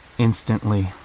Instantly